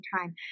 time